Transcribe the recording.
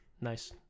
Nice